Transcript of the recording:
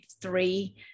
three